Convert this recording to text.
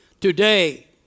Today